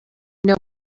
know